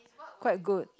quite good